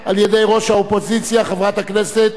חברת הכנסת שלי יחימוביץ,